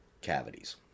Cavities